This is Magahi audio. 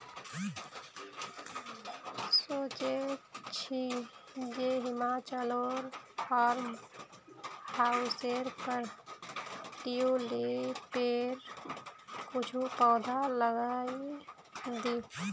सोचे छि जे हिमाचलोर फार्म हाउसेर पर ट्यूलिपेर कुछू पौधा लगइ दी